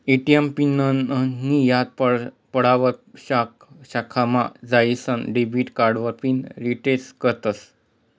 ATM पिननीं याद पडावर ब्यांक शाखामा जाईसन डेबिट कार्डावर पिन रिसेट करतस